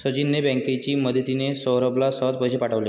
सचिनने बँकेची मदतिने, सौरभला सहज पैसे पाठवले